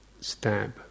stab